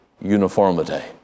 uniformity